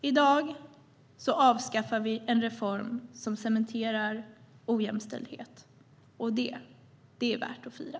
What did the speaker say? I dag avskaffar vi en reform som cementerar ojämställdhet, och det är värt att fira.